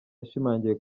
yashimangiye